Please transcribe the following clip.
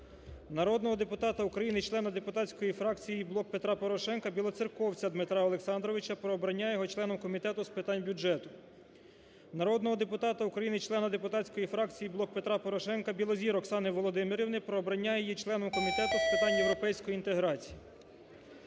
Народного депутата України, члена депутатської фракції "Блок Петра Порошенка" Білоцерковця Дмитра Олександровича про обрання членом Комітету з питань бюджету. Народного депутата України, члена депутатської фракції "Блок Петра Порошенка" Білозір Оксани Володимирівни про обрання її членом Комітету з питань європейської інтеграції.